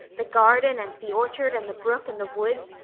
the garden and the orchard and the brook and the woods,